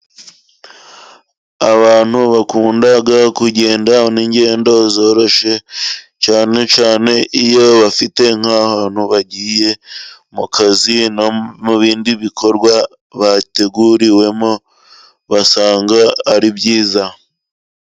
Abantu bakunda kugenda n'ingendo zoroshye, cyane cyane iyo bafite nk'ahantu bagiye mu kazi no mu bindi bikorwa bateguriwemo basanga ari byiza.